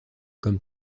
comme